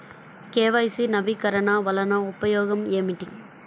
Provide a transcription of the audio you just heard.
KYC నవీకరణ వలన ఉపయోగం ఏమిటీ?